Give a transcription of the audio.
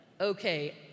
okay